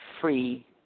free